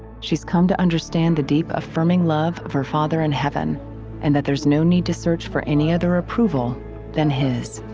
she has come to understand the deep affirming love of her father in heaven and that there's no need to search for any other approval than his.